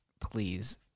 Please